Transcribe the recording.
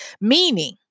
Meaning